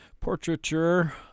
Portraiture